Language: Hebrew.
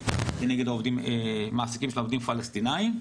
כנגד מעסיקים של עובדים פלסטיניים.